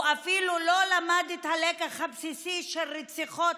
הוא אפילו לא למד את הלקח הבסיסי של רציחות